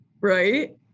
right